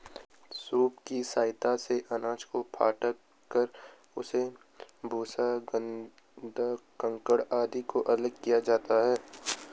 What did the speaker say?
soup की सहायता से अनाज को फटक कर उसके भूसा, गर्दा, कंकड़ आदि को अलग किया जाता है